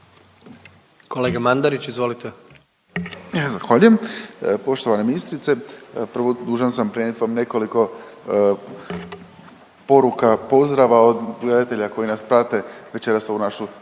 **Mandarić, Marin (HDZ)** Zahvaljujem. Poštovana ministrice. Prvo dužan sam prenijet vam nekoliko poruka, pozdrava od gledatelja koji nas prate večeras ovu našu